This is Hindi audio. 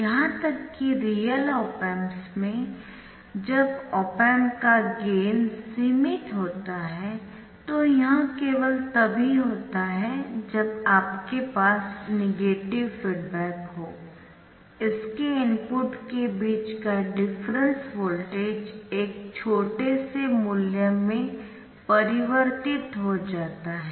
यहां तक कि रियल ऑप एम्प्स में जब ऑप एम्प का गेन सीमित होता है तो यह केवल तभी होता है जब आपके पास नेगेटिव फीडबैक हो इसके इनपुट के बीच का डिफरेंस वोल्टेज एक छोटे से मूल्य में परिवर्तित हो जाता है